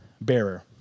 bearer